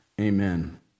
amen